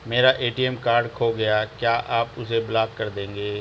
मेरा ATM card खो गया है क्या आप उसे ब्लॉक कर देंगे?